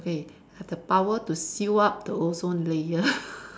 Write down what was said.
okay the power to seal up the ozone layer